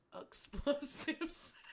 Explosives